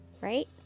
Right